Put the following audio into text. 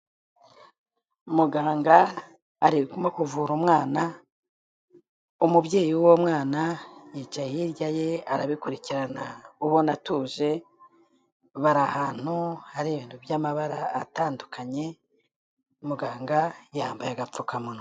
Umuganga arimo kuvura umwana, umubyeyi w'uwo mwana, yicaye hirya ye, arabikurikirana ubona atuje, bari ahantu hari ibintu by'amabara atandukanye, muganga yambaye agapfukamunwa.